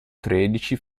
tredici